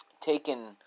taken